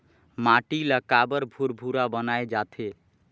माटी ला काबर भुरभुरा बनाय जाथे?